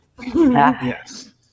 Yes